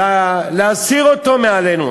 להסיר מעלינו,